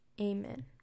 amen